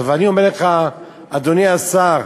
ואני אומר לך, אדוני השר,